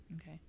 Okay